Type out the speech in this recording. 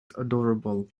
adorable